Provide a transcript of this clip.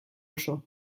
oso